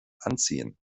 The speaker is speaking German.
anziehen